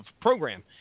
program